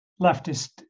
leftist